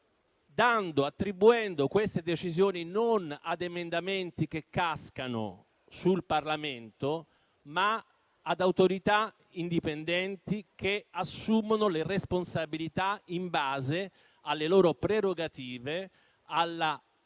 attribuendo tali decisioni non ad emendamenti che cascano sul Parlamento, ma ad autorità indipendenti che assumono le responsabilità in base alle loro prerogative, alla